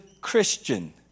Christian